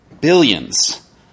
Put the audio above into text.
billions